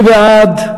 מי בעד?